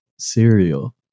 cereal